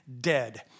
dead